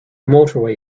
motorway